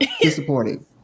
disappointing